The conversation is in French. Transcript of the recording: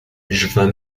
j’vas